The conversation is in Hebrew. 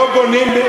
לא בונים,